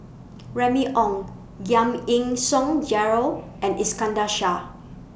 Remy Ong Giam Yean Song Gerald and Iskandar Shah